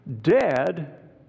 Dead